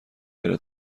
بره